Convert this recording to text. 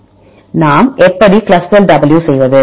நாம் எப்படி Clustal W செய்வது